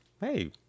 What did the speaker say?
hey